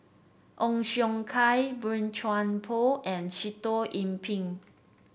Ong Siong Kai Boey Chuan Poh and Sitoh Yih Pin